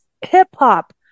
hip-hop